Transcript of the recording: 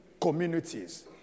communities